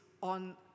on